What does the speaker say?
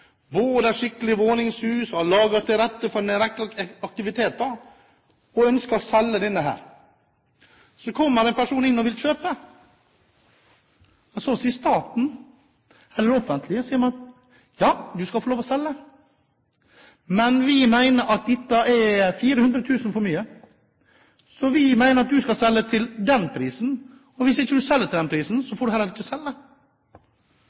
til rette for en rekke aktiviteter, ønsker å selge denne, og så kommer det en person inn og vil kjøpe, og man prøver å komme til enighet. Men så sier det offentlige at ja, du skal få lov til å selge, men vi mener at dette er 400 000 kr for mye, så vi mener at du skal selge til den prisen, og hvis du ikke selger til den prisen,